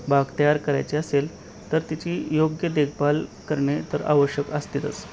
बाग तयार करायची असेल तर तिची योग्य देखभाल करणे तर आवश्यक असतेतच